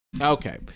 Okay